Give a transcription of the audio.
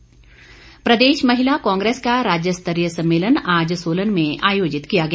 कांग्रेस प्रदेश महिला कांग्रेस का राज्य स्तरीय सम्मेलन आज सोलन में आयोजित किया गया